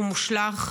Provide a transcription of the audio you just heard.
הוא מושלך.